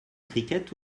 cricket